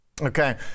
Okay